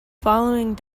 following